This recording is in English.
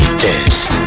test